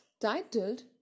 titled